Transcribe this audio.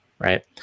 right